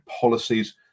policies